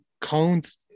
cones